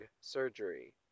Surgery